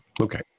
Okay